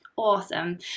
Awesome